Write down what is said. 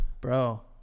Bro